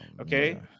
okay